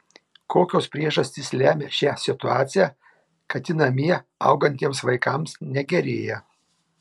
kokios priežastys lemia šią situaciją kad ji namie augantiems vaikams negerėja